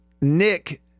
Nick